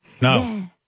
no